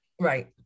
Right